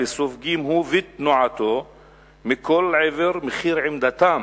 וסופגים הוא ותנועתו מכל עבר מחיר עמדתם